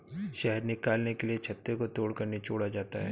शहद निकालने के लिए छत्ते को तोड़कर निचोड़ा जाता है